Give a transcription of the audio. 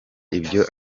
ibyo